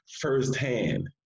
firsthand